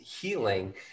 healing